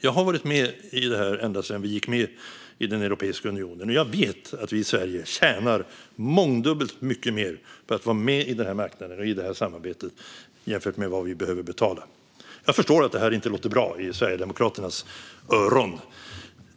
Jag har varit i arbetet ända sedan Sverige gick med i Europeiska unionen, och jag vet att vi i Sverige tjänar mångdubbelt mycket mer på att vara med på marknaden och i samarbetet jämfört med vad vi behöver betala. Jag förstår att det här inte låter bra i Sverigedemokraternas öron.